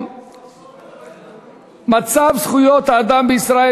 האחרונה בסדר-היום: מצב זכויות האדם בישראל,